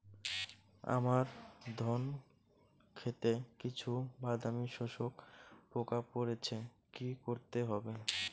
আমার ধন খেতে কিছু বাদামী শোষক পোকা পড়েছে কি করতে হবে?